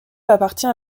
appartient